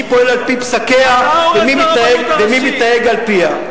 מי פועל על-פי פסקיה ומי מתנהג על-פיה.